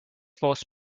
forced